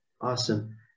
awesome